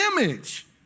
image